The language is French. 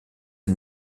est